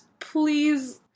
please